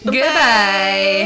Goodbye